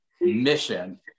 mission